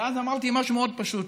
ואז אמרתי משהו מאוד פשוט.